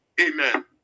Amen